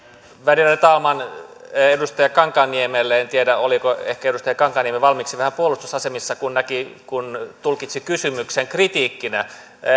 värderade talman edustaja kankaanniemelle en tiedä oliko edustaja kankaanniemi ehkä valmiiksi vähän puolustusasemissa kun tulkitsi kysymyksen kritiikkinä